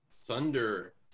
Thunder